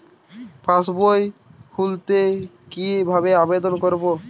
পাসবই খুলতে কি ভাবে আবেদন করব?